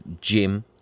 Jim